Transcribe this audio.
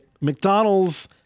McDonald's